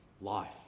life